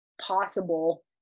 possible